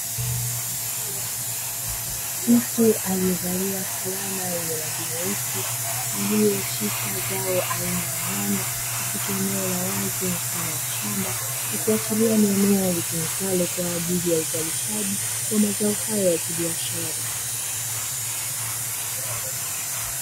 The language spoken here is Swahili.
Mtu aliyevalia flana yenye rangi nyeusi, aliyeshika zao aina ya nyanya katika eneo la wazi mfano wa shamba ikiashiria ni eneo litumikalo kwa ajili ya uzalishaji wa mazao hayo ya kibiashara.